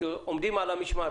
עומדים על המשמר.